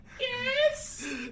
yes